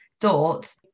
thoughts